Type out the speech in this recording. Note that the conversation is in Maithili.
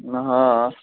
नहि हँ